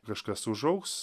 kažkas užaugs